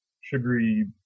sugary